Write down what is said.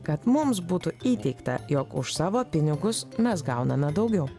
kad mums būtų įteikta jog už savo pinigus mes gauname daugiau